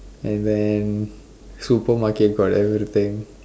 and then supermarket got everything